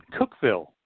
Cookville